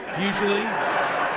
usually